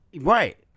Right